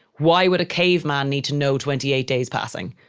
why would a caveman need to know twenty eight days passing?